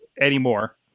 anymore